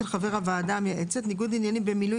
של חבר הוועדה המייעצת ניגוד עניינים בין מילוי